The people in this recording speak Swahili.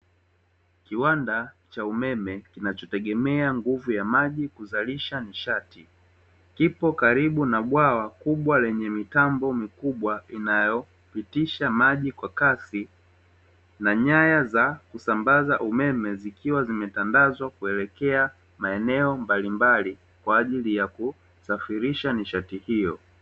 Kiwanda cha umeme kinachotegemea nguvu ya maji kuzalisha nishati, kipo karibu na bwawa kubwa lenye mitambo mikubwa inayopitisha maji kwa kasi na nyaya za kusambaza umeme, zikiwa zimetandazwa kuelekea maeneo mbalimbali kwa ajili ya kusafirisha nishati hiyo.